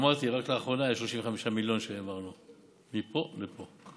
אמרתי, רק לאחרונה העברנו 35 מיליון מפה לפה.